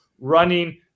running